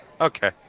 Okay